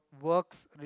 works